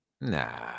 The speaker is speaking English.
Nah